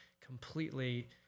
completely